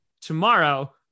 tomorrow